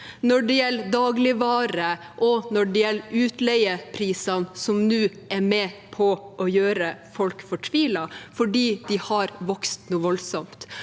når det gjelder dagligvarer, og når det gjelder utleiepriser, som nå er med på å gjøre folk fortvilet, fordi de har vokst voldsomt.